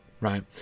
right